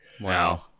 Wow